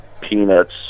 peanuts